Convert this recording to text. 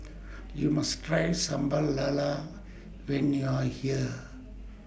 YOU must Try Sambal Lala when YOU Are here